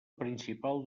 principal